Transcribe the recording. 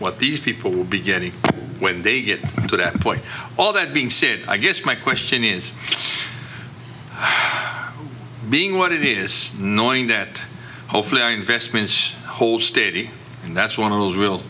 what these people will be getting when they get to that point all that being said i guess my question is being what it is knowing that hopefully our investments hold steady and that's one of those